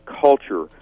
culture